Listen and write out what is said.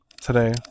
Today